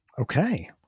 Okay